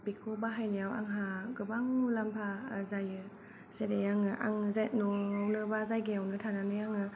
बेखौ बाहायनायाव आंहा गोबां मुलाम्फा जायो जेरै आङो आङो न'आवनो बा जायगायावनो थानानै आङो